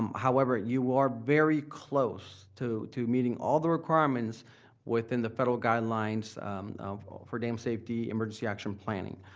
however, you are very close to to meeting all the requirements within the federal guidelines for dam safety emergency action planning.